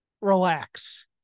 Relax